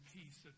peace